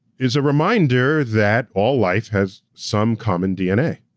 is a reminder that all life has some common dna.